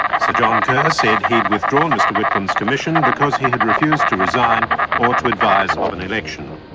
so john kerr said he'd withdrawn mr whitlam's commission because he had refused to resign or to advise of an election.